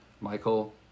Michael